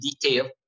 detail